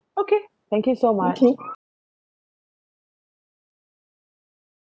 okay thank you so much